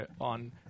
on